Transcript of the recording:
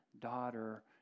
daughter